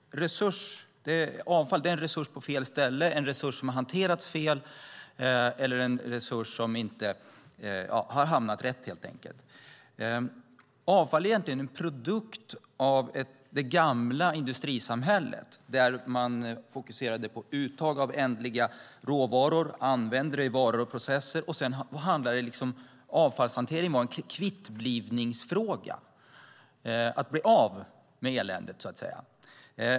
Avfall är en resurs på fel ställe, en resurs som har hanterats fel eller som helt enkelt inte har hamnat rätt. Avfall är egentligen en produkt av det gamla industrisamhället där man fokuserade på uttag av ändliga råvaror och använde dem i varor och processer. Avfallshantering var en kvittblivningsfråga. Det gällde att bli av med eländet så att säga.